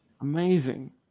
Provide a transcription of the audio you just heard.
Amazing